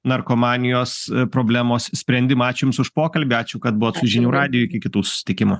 narkomanijos problemos sprendimą ačiū jums už pokalbį ačiū kad buvot su žinių radiju iki kitų susitikimų